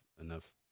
enough